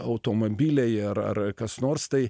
automobiliai ar ar kas nors tai